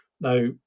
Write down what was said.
Now